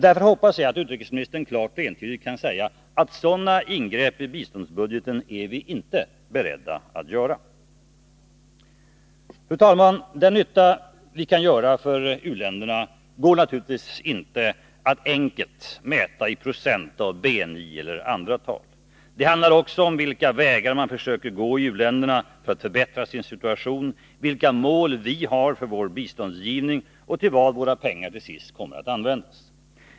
Därför hoppas jag att utrikesministern klart och entydigt kan säga att vi inte är beredda att göra sådana ingrepp i biståndsbudgeten. Fru talman! Den nytta vi kan göra för u-länderna går naturligtvis inte att enkelt mäta i procent av BNI eller andra tal. Det handlar också om vilka vägar man försöker gå i u-länderna för att förbättra sin situation, vilka mål vi har för vår biståndsgivning och vad våra pengar till sist kommer att användas till.